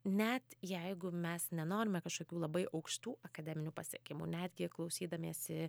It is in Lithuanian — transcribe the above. net jeigu mes nenorime kažkokių labai aukštų akademinių pasiekimų netgi klausydamiesi